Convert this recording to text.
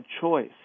choice